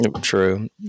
true